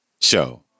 Show